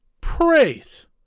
praise